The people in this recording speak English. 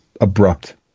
abrupt